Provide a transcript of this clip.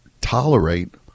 tolerate